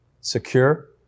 secure